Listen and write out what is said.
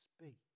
speak